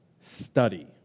Study